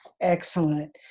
Excellent